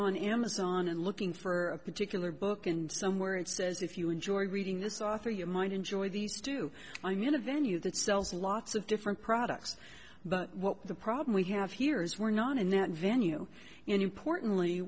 on amazon and looking for a particular book and somewhere it says if you enjoy reading this author you might enjoy these two i mean a venue that sells lots of different products but the problem we have here is we're not in that venue and importantly